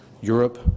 Europe